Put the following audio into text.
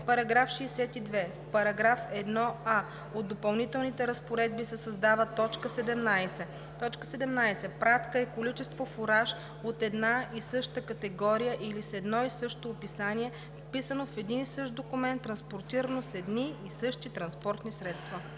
става § 62: „§ 62. В § 1а от допълнителните разпоредби се създава т. 17: „17. „Пратка“ е количество фураж от една и съща категория или с едно и също описание, вписано в един и същ документ, транспортирано с едни и същи транспортни средства.“